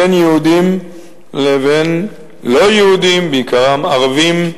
בין יהודים לבין לא-יהודים, ובעיקרם ערבים,